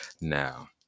now